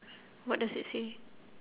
what does it say